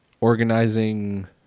organizing